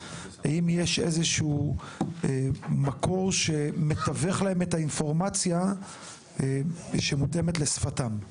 האם יש איזשהו מקור שמתווך להם את האינפורמציה שמותאמת לשפתם?